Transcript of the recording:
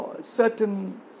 certain